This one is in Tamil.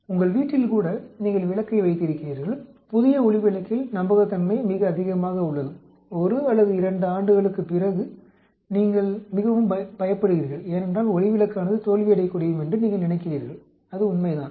உங்கள் வீட்டில் கூட நீங்கள் விளக்கை வைத்திருக்கிறீர்கள் புதிய ஒளிவிளக்கில் நம்பகத்தன்மை மிக அதிகமாக உள்ளது 1 அல்லது 2 ஆண்டுகளுக்குப் பிறகு நீங்கள் மிகவும் பயப்படுகிறீர்கள் ஏனென்றால் ஒளிவிளக்கானது தோல்வியடையக்கூடும் என்று நீங்கள் நினைக்கிறீர்கள் அது உண்மைதான்